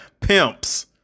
pimps